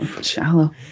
shallow